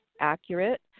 accurate